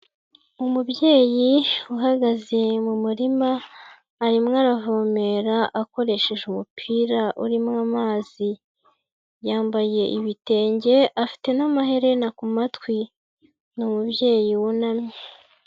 Umubyeyi uhagaze mu murima, arimo aravomera akoresheje umupira urimo amazi, yambaye ibitenge, afite n'amaherena ku matwi, ni umubyeyi wunamye.